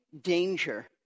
danger